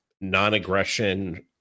non-aggression